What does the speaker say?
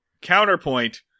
Counterpoint